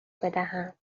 بدهم